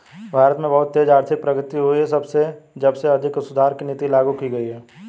भारत में बहुत तेज आर्थिक प्रगति हुई है जब से आर्थिक सुधार की नीति लागू की गयी है